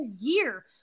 year